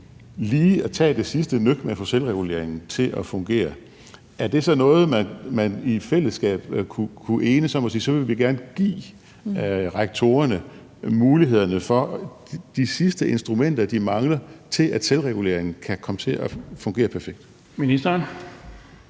lige at tage det sidste nøk med at få selvreguleringen til at fungere. Er det så noget, hvor man i fællesskab kunne enes om at sige, at så vil vi gerne give rektorerne mulighederne for at få de sidste instrumenter, de mangler, til at selvreguleringen kan komme til at fungere perfekt?